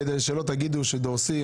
כדי שלא תגידו שדורסים,